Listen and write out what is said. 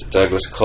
Douglas